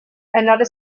another